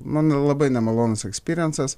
man labai nemalonūs ekspiriensas